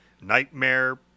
nightmare